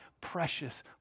precious